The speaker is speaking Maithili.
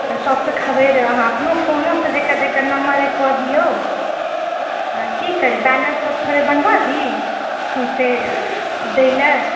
तऽ सभकेँ खबरि अहाँ अपनो फोनोसँ जेकर जेकर नम्बर यऽ कए दिऔ आ की करी बैनरसभ थोड़े बनबा दी सौसे दए लए